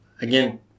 again